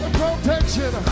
Protection